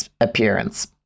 appearance